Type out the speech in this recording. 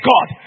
God